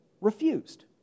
refused